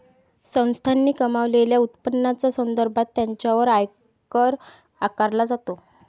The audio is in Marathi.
संस्थांनी कमावलेल्या उत्पन्नाच्या संदर्भात त्यांच्यावर आयकर आकारला जातो